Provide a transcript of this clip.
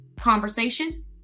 conversation